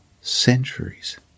centuries